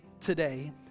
today